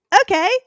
okay